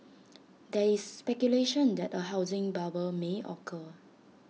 there is speculation that A housing bubble may occur